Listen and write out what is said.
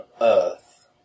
earth